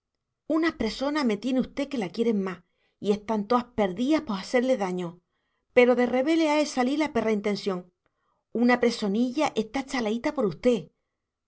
unas presonas me tiene usté que la quieren má y están toas perdías por jaserle daño pero der revé les ae salir la perra intensión una presoniya está chalaíta por usté